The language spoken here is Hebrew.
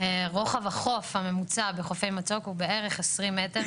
רוחב החוף הממוצע בחופי מצוק הוא בערך 20 מטר,